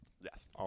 yes